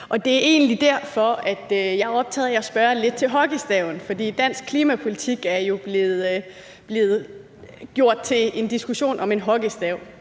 og det er egentlig derfor, jeg er lidt optaget af at spørge til hockeystaven, for dansk klimapolitik er jo blevet gjort til en diskussion om en hockeystav.